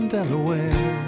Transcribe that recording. Delaware